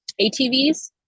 atvs